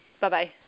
Bye-bye